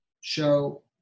show